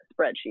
spreadsheet